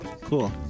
cool